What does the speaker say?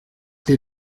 dir